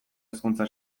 hezkuntza